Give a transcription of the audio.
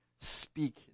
speak